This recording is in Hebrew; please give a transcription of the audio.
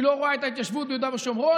היא לא רואה את ההתיישבות ביהודה ושומרון,